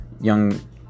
young